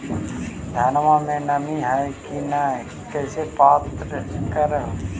धनमा मे नमी है की न ई कैसे पात्र कर हू?